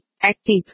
active